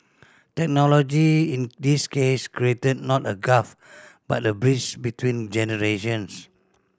technology in this case created not a gulf but a bridge between generations